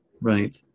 right